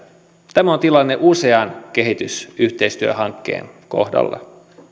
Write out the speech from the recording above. tämä on tilanne usean kehitysyhteistyöhankkeen kohdalla